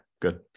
good